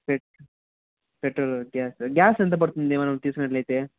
petrol gas gas ఎంత పడుతుంది మనం తీసుకున్నట్లయితే